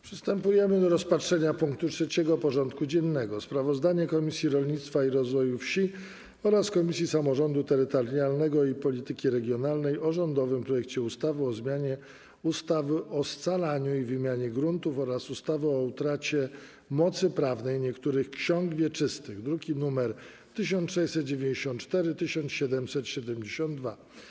Przystępujemy do rozpatrzenia punktu 3. porządku dziennego: Sprawozdanie Komisji Rolnictwa i Rozwoju Wsi oraz Komisji Samorządu Terytorialnego i Polityki Regionalnej o rządowym projekcie ustawy o zmianie ustawy o scalaniu i wymianie gruntów oraz ustawy o utracie mocy prawnej niektórych ksiąg wieczystych (druki nr 1694 i 1772)